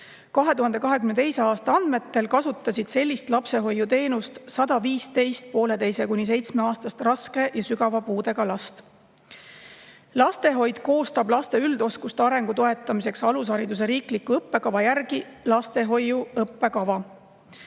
2022. aasta andmetel kasutasid sellist lapsehoiuteenust 115 poolteise- kuni seitsmeaastast raske ja sügava puudega last. Lastehoid koostab laste üldoskuste arengu toetamiseks alushariduse riikliku õppekava järgi lastehoiu õppekava.